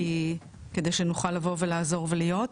כדי שנוכל לבוא ולעזור ולהיות,